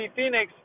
Phoenix